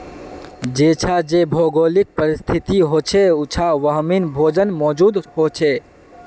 जेछां जे भौगोलिक परिस्तिथि होछे उछां वहिमन भोजन मौजूद होचे